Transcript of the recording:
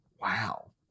Wow